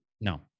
no